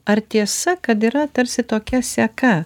ar tiesa kad yra tarsi tokia seka